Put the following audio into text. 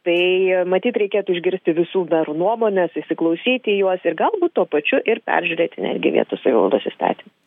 tai matyt reikėtų išgirsti visų merų nuomones įsiklausyti į juos ir galbūt tuo pačiu ir peržiūrėti netgi vietos savivaldos įstatymą